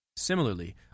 Similarly